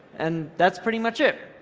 and that's pretty much it.